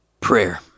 Prayer